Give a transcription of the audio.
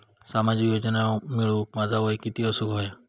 सामाजिक योजना मिळवूक माझा वय किती असूक व्हया?